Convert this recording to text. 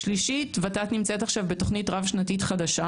ג', ות"ת נמצאת עכשיו בתוכנית רב-שנתית חדשה.